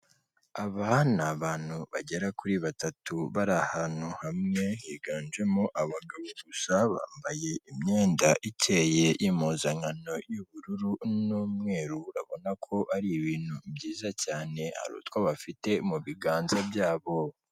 Aba ni abantu bagera kuri batatu bari ahantu hamwe higanjemo abagabo gusa, bambaye imyenda ikeye y'impuzankano y'ubururu n'umweru urabona ko ari ibintu byiza cyane, hari utwo bafite mu biganza byabo.